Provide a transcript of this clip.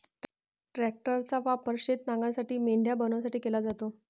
ट्रॅक्टरचा वापर शेत नांगरण्यासाठी, मेंढ्या बनवण्यासाठी केला जातो